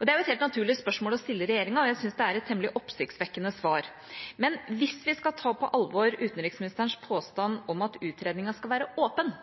Det er jo et helt naturlig spørsmål å stille regjeringen, og jeg synes det er et temmelig oppsiktsvekkende svar. Men hvis vi skal ta på alvor utenriksministerens påstand om at utredningen skal være åpen,